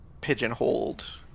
pigeonholed